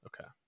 okay